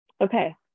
okay